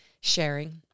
sharing